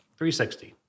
360